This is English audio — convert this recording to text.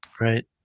Right